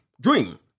Dream